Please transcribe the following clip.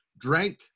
Drank